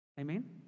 Amen